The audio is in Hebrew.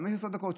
15 דקות,